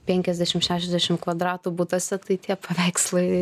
penkiasdešim šešiasdešim kvadratų butuose tai tie paveikslai